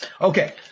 Okay